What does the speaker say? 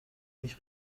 nicht